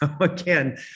again